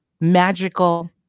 magical